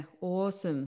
Awesome